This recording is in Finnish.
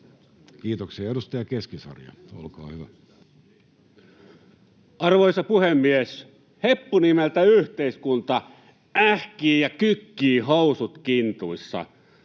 Kiitoksia. — Edustaja Keskisarja, olkaa hyvä. Arvoisa puhemies! Heppu nimeltä yhteiskunta ähkii ja kykkii housut kintuissa.